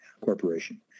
Corporation